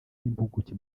n’impuguke